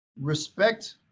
Respect